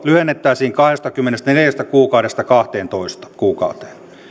lyhennettäisiin kahdestakymmenestäneljästä kuukaudesta kahteentoista kuukauteen